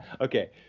Okay